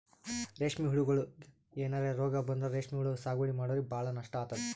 ರೇಶ್ಮಿ ಹುಳಗೋಳಿಗ್ ಏನರೆ ರೋಗ್ ಬಂದ್ರ ರೇಶ್ಮಿ ಹುಳ ಸಾಗುವಳಿ ಮಾಡೋರಿಗ ಭಾಳ್ ನಷ್ಟ್ ಆತದ್